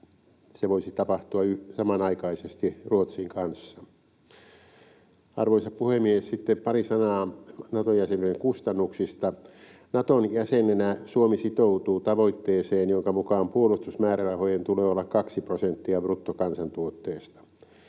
se voisi tapahtua samanaikaisesti Ruotsin kanssa. Arvoisa puhemies! Sitten pari sanaa Nato-jäsenyyden kustannuksista. Naton jäsenenä Suomi sitoutuu tavoitteeseen, jonka mukaan puolustusmäärärahojen tulee olla kaksi prosenttia bruttokansantuotteesta.